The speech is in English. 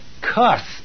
cuss